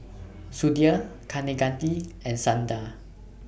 Sudhir Kaneganti and Sundar